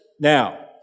Now